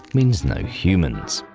means no humans.